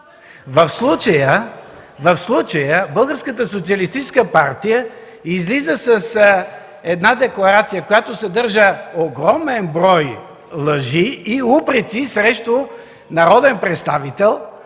В случая Българската социалистическа партия излиза с една декларация, която съдържа огромен брой лъжи и упреци срещу народен представител,